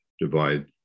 divide